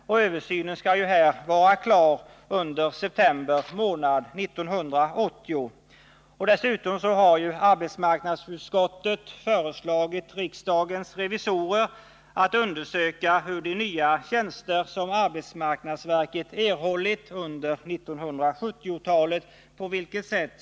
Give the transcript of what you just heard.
Denna översyn skall vara slutförd under september månad 1980. Dessutom har arbetsmarknadsutskottet föreslagit riksdagens revisorer att undersöka på vilket sätt de nya tjänster som arbetsmarknadsverket erhållit under 1970-talet har disponerats.